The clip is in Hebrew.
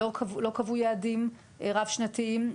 לא קבעו יעדים רב שנתיים.